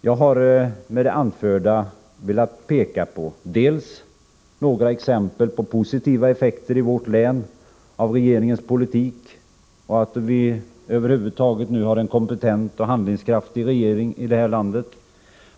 Jag har med det anförda velat peka på några exempel på positiva effekter i vårt län av regeringens politik, över huvud taget av att vi nu har en kompetent och handlingskraftig regering i det här landet.